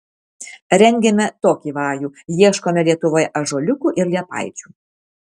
rengėme tokį vajų ieškome lietuvoje ąžuoliukų ir liepaičių